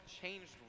changed